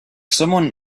someone